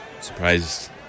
Surprised